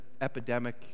epidemic